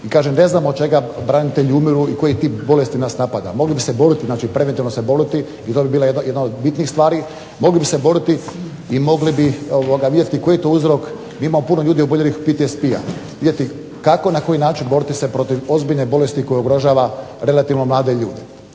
I kažem ne znam od čega branitelji umire i koji tip bolesti nas napada. Mogli bi se boriti, znači preventivno se boriti i to bi bila jedna od bitnijih stvari, mogli bi se boriti i mogli bi vidjeti koji to uzrok, mi imamo puno ljudi oboljelih od PTSP-a, vidjeti kako i na koji način boriti se protiv ozbiljne bolesti koja ugrožava relativno mlade ljude.